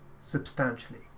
substantially